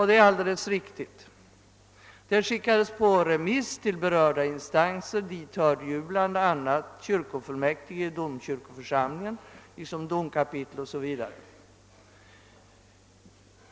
Det är alldeles riktigt; det skickades på remiss till berörda instanser, och dit hörde kyrkofullmäktige i domkyrkoförsamlingen liksom domkapitlet osv.